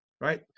right